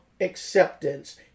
acceptance